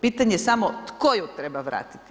Pitanje je samo tko ju treba vratiti?